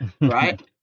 right